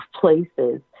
places